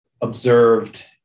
observed